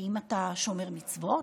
האם אתה שומר מצוות?